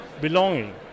belonging